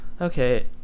okay